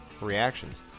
reactions